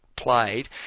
played